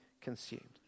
consumed